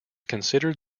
considered